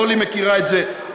אורלי מכירה את זה היטב,